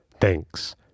thanks